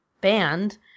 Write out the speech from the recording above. band